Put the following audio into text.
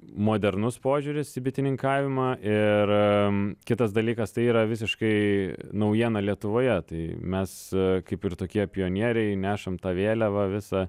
modernus požiūris į bitininkavimą ir kitas dalykas tai yra visiškai naujiena lietuvoje tai mes kaip ir tokie pionieriai nešam tą vėliavą visą